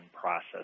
process